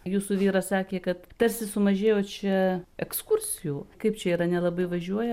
jūsų vyras sakė kad tarsi sumažėjo čia ekskursijų kaip čia yra nelabai važiuoja